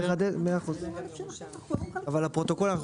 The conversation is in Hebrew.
חידוד לגבי מה שאמרנו מקודם, על 25,000 לדונם.